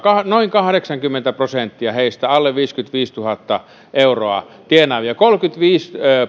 heistä noin kahdeksankymmentä prosenttia oli alle viisikymmentäviisituhatta euroa tienaavia kolmekymmentäviisi